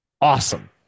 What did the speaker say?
awesome